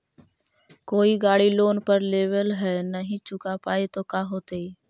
कोई गाड़ी लोन पर लेबल है नही चुका पाए तो का होतई?